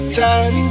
time